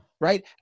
right